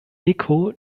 eko